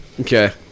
Okay